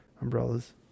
umbrellas